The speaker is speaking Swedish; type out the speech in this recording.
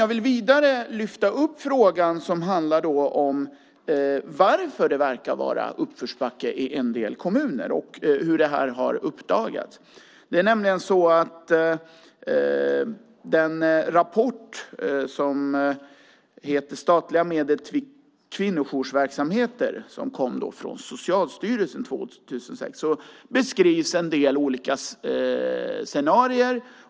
Jag vill vidare lyfta upp frågan som handlar om varför det verkar vara uppförsbacke i en del kommuner och hur det har uppdagats. I den rapport, Statliga medel till kvinnojoursverksamheter , som kom från Socialstyrelsen 2006 beskrivs en del olika scenarier.